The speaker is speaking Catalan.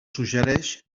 suggereix